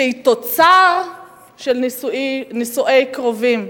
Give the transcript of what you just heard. שהיא תוצר של נישואי קרובים.